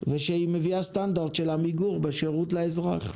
ושהיא מביאה סטנדרט של עמיגור בשירות לאזרח.